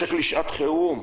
משק לשעת חירום,